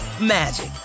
magic